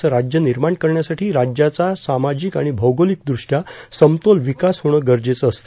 असं राज्य निर्माण करण्यासाठी राज्याचा सामाजिक आणि भौगोलिकद्रष्टया समतोल विकास होणं गरजेचं असते